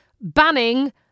banning